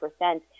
percent